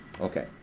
Okay